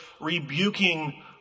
rebuking